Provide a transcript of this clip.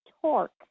torque